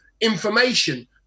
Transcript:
information